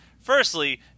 Firstly